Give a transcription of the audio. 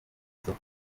isoko